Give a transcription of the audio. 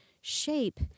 shape